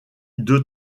deux